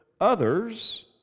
others